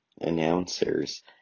announcers